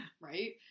right